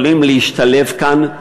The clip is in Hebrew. יכולים להשתלב כאן,